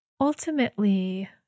Ultimately